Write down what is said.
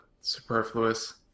superfluous